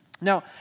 Now